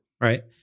right